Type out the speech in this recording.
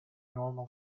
normal